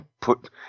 put